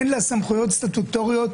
אין לה סמכויות סטטוטוריות,